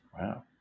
Wow